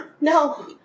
No